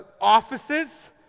offices